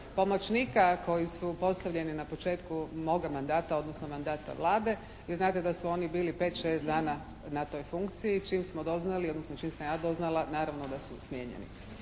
pomoćnika koji su postavljeni na početku moga mandata odnosno mandata Vlade vi znate da su oni bili 5, 6 dana na toj funkciji. Čim smo doznali odnosno čim sam ja doznala naravno da su smijenjeni.